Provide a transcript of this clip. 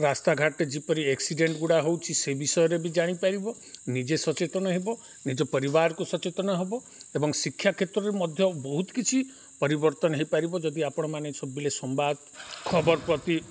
ରାସ୍ତାଘାଟ ଯେପରି ଏକ୍ସିଡ଼େଣ୍ଟ ଗୁଡ଼ା ହଉ ସେ ବିଷୟରେ ବି ଜାଣିପାରିବ ନିଜେ ସଚେତନ ହେବ ନିଜ ପରିବାରକୁ ସଚେତନ ହେବ ଏବଂ ଶିକ୍ଷା କ୍ଷେତ୍ରରେ ମଧ୍ୟ ବହୁତ କିଛି ପରିବର୍ତ୍ତନ ହେଇପାରିବ ଯଦି ଆପଣମାନେ ସବୁବେଳେ ସମ୍ବାଦ ଖବର ପ୍ରତି